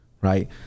right